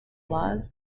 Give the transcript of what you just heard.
laws